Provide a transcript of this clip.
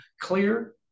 clear